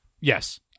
Yes